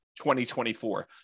2024